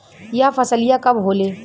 यह फसलिया कब होले?